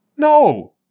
No